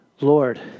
Lord